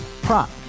Prop